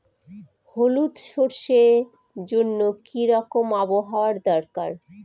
হলুদ সরষে জন্য কি রকম আবহাওয়ার দরকার?